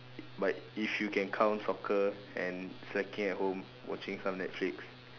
but if you can count soccer and slacking at home watching some netflix